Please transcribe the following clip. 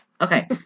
Okay